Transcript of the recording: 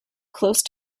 close